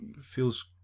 feels